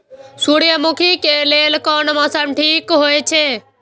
सूर्यमुखी के लेल कोन मौसम ठीक हे छे?